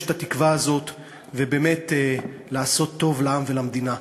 את התקווה הזאת ובאמת לעשות טוב לעם ולמדינה.